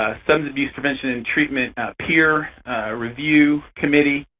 ah substance abuse prevention and treatment peer review committee,